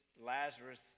Lazarus